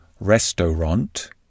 restaurant